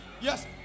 yes